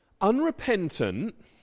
Unrepentant